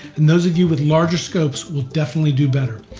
and those of you with larger scopes will definitely do better.